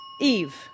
Eve